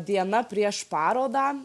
diena prieš parodą